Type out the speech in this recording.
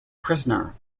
prisoner